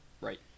right